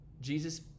Jesus